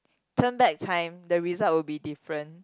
turn back time the result will be different